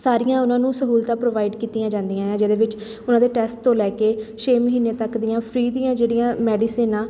ਸਾਰੀਆਂ ਉਹਨਾਂ ਨੂੰ ਸਹੂਲਤਾਂ ਪ੍ਰੋਵਾਈਡ ਕੀਤੀਆਂ ਜਾਂਦੀਆਂ ਆ ਜਿਹਦੇ ਵਿੱਚ ਉਹਨਾਂ ਦੇ ਟੈਸਟ ਤੋਂ ਲੈ ਕੇ ਛੇ ਮਹੀਨੇ ਤੱਕ ਦੀਆਂ ਫਰੀ ਦੀਆਂ ਜਿਹੜੀਆਂ ਮੈਡੀਸਨ ਆ